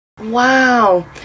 Wow